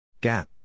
Gap